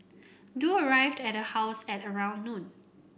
Du arrived at her house at around noon